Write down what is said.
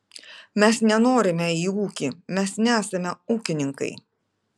mes nenorime į ūkį mes nesame ūkininkai